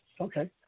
okay